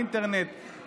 אינטרנט,